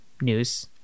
news